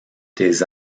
tes